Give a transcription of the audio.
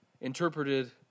interpreted